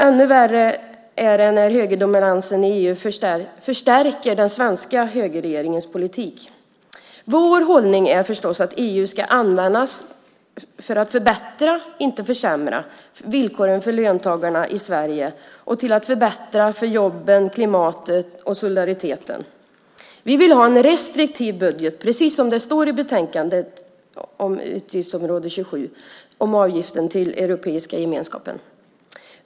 Ännu värre är det när högerdominansen i EU förstärker den svenska högerregeringens politik. Vår hållning är förstås att EU ska användas till att förbättra, inte försämra, villkoren för löntagarna i Sverige och till att förbättra för jobben, klimatet och solidariteten. Vi vill ha en restriktiv budget, precis som det står i betänkandet om utgiftsområde 27 om avgiften till Europeiska gemenskapen.